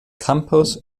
campus